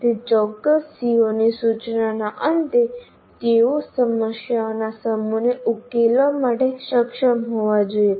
તે ચોક્કસ CO ની સૂચનાના અંતે તેઓ સમસ્યાઓના સમૂહને ઉકેલવા માટે સક્ષમ હોવા જોઈએ